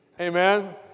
Amen